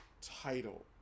title